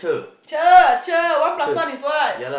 cher cher one plus one is what